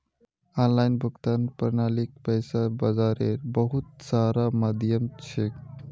online भुगतान प्रणालीक पैसा बाजारेर बहुत सारा माध्यम छेक